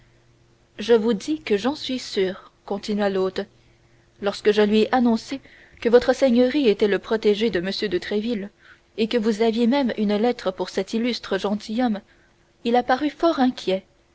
je vous dis que j'en suis sûr continua l'hôte lorsque je lui ai annoncé que votre seigneurie était le protégé de m de tréville et que vous aviez même une lettre pour cet illustre gentilhomme il a paru fort inquiet